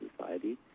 society